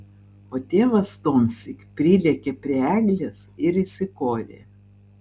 o tėvas tuomsyk prilėkė prie eglės ir įsikorė